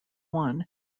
one